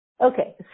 Okay